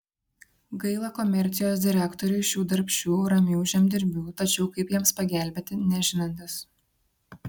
gaila komercijos direktoriui šių darbščių ramių žemdirbių tačiau kaip jiems pagelbėti nežinantis